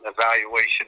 evaluation